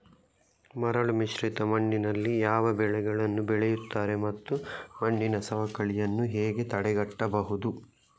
ಮರಳುಮಿಶ್ರಿತ ಮಣ್ಣಿನಲ್ಲಿ ಯಾವ ಬೆಳೆಗಳನ್ನು ಬೆಳೆಯುತ್ತಾರೆ ಮತ್ತು ಮಣ್ಣಿನ ಸವಕಳಿಯನ್ನು ಹೇಗೆ ತಡೆಗಟ್ಟಬಹುದು?